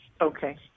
Okay